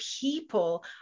people